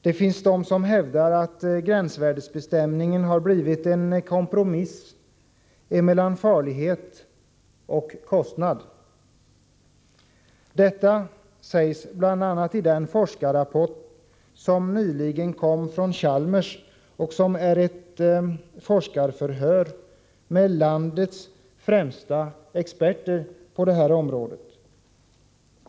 Det finns vidare forskare som hävdar att gränsvärdesbestämningen har blivit en kompromiss mellan farlighet och kostnad. Detta sägs bl.a. i den forskarrapport som nyligen kom från Chalmers och som redovisar ett s.k. forskarförhör med landets främsta experter på det här området.